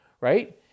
right